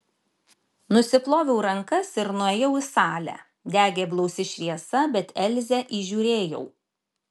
nusiploviau rankas ir nuėjau į salę degė blausi šviesa bet elzę įžiūrėjau